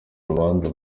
urubanza